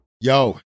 Yo